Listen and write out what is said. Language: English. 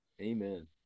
Amen